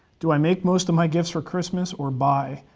do i make most of my gifts for christmas or buy?